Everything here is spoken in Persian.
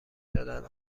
دادن